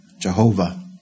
Jehovah